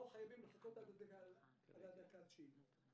לא חייבים לחכות עד הדקה התשעים.